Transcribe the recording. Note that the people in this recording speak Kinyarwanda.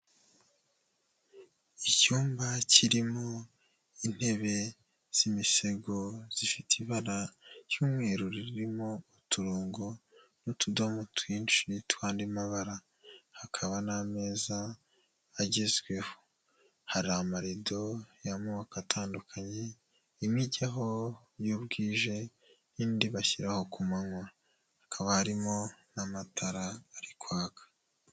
Icyumba kirimo intebe z'imisego zifite ibara ry'umweru ririmo uturongo n'utudomo twinshi tw'andi mabara , hakaba n'ameza agezweho hari amarido y'amoko atandukanye, imwe ijyaho iyo bwije n'indi bashyiraho ku manywa ,hakaba harimo n'amatara ari kwaka.